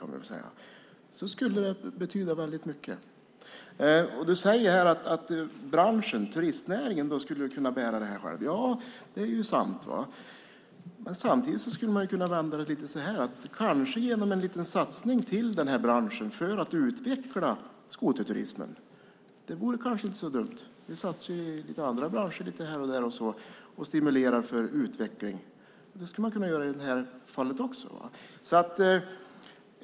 Ministern säger att branschen och turistnäringen skulle kunna bära det här själv. Det är sant. Men samtidigt skulle man kunna vända på det och säga att detta kanske kan göras genom en liten satsning på branschen för att utveckla skoterturismen. Det vore nog inte så dumt. Det satsas ju i andra branscher lite här och där för att stimulera utvecklingen. Det skulle man kunna göra i det här fallet också.